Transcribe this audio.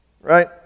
Right